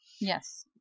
Yes